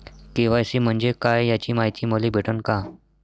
KYC म्हंजे काय याची मायती मले भेटन का?